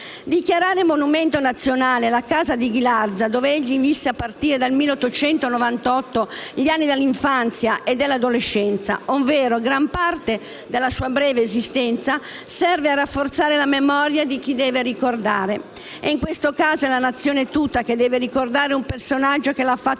Dichiarare monumento nazionale la casa di Ghilarza, dove egli visse, a partire dal 1898, gli anni dell'infanzia e dell'adolescenza, ovvero gran parte della sua breve esistenza, serve a rafforzare la memoria di chi deve ricordare. In questo caso, è la Nazione tutta che deve ricordare un personaggio che l'ha fatta